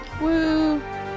Woo